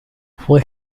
fue